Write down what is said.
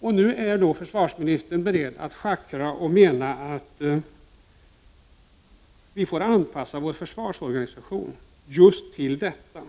Nu är försvarsministern beredd att schackra och menar att vi får anpassa vår försvarsorganisation just till detta.